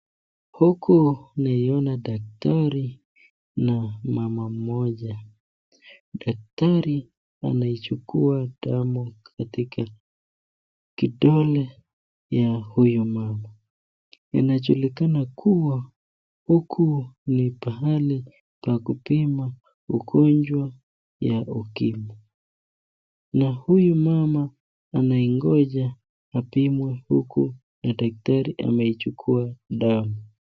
Huku niona daktari na mama mmoja. Daktari anaichukua damu katika kidole ya huyu mama. Inajulikana kuwa huku ni pahali pa kupima ugonjwa ya ukimwi. Na huyu mama anaingoja apimwe huku na daktari ameichukua damu.